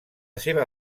seva